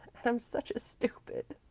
and i'm such a stupid.